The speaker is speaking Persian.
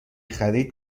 خرید